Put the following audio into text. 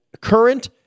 current